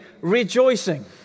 rejoicing